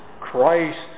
Christ